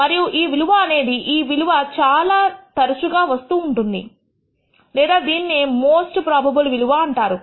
మరియు ఈ విలువ అనేది ఈ విలువ ఇది చాలా తరచుగా వస్తూ ఉంటుంది లేదా దీన్నే మోస్ట్ ప్రోబబుల్ విలువ అంటాము